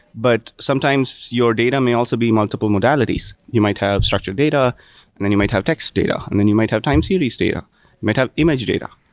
but sometimes your data may also be multiple modalities. you might have structured data, and then you might have text data, and then you might have time series data. you might have image data.